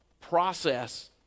process